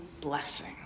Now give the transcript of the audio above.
blessing